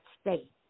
state